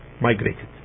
migrated